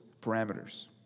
parameters